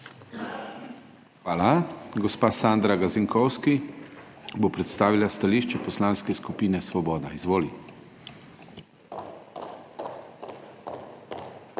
Hvala. Gospa Sandra Gazinkovski bo predstavila stališče Poslanske skupine Svoboda. Izvoli.